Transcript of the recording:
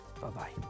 Bye-bye